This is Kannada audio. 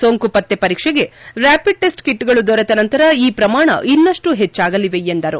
ಸೋಂಕುಪತ್ತೆ ಪರೀಕ್ಷೆಗೆ ರ್ಯಾಪಿಡ್ ಟಿಸ್ಚ್ ಕಿಟ್ಗಳು ದೊರೆತ ನಂತರ ಈ ಪ್ರಮಾಣ ಇನ್ನಷ್ಟು ಹೆಚ್ಚಾಗಲಿದೆ ಎಂದರು